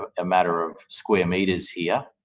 ah a matter of square metres here,